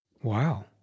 Wow